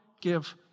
give